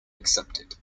accepted